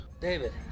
David